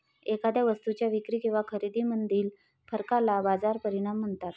एखाद्या वस्तूच्या विक्री किंवा खरेदीमधील फरकाला बाजार परिणाम म्हणतात